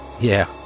Yeah